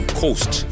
coast